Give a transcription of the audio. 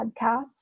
podcast